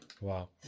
Wow